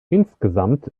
insgesamt